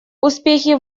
успехи